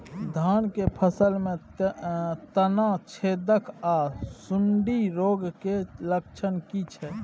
धान की फसल में तना छेदक आर सुंडी रोग के लक्षण की छै?